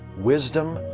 wisdom,